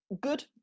good